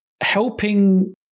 helping